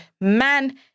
man